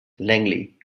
langley